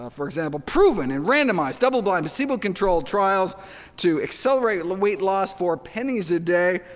ah for example, proven in randomized, double-blind, placebo controlled trials to accelerate weight loss for pennies a day,